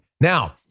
Now